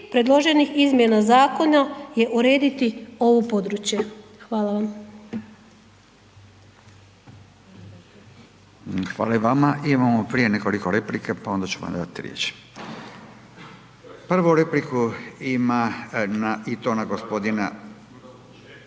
predloženih izmjena zakona je urediti ovo područje. Hvala vam. **Radin, Furio (Nezavisni)** Hvala i vama. Imamo prije nekoliko replika pa onda ćemo dati riječ. Prvu repliku ima i to na gospodina,